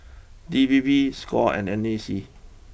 D P P Score and N A C